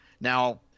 now